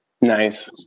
Nice